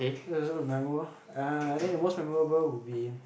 uh I think the most memorable would be